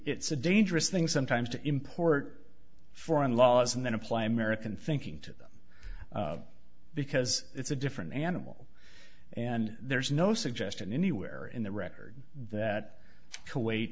it's a dangerous thing sometimes to import foreign laws and then apply american thinking to them because it's a different animal and there's no suggestion anywhere in the record that